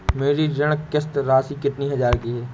मेरी ऋण किश्त राशि कितनी हजार की है?